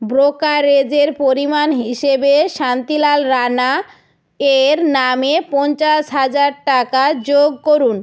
ব্রোকারেজের পরিমাণ হিসেবে শান্তিলাল রানা এর নামে পঞ্চাশ হাজার টাকা যোগ করুন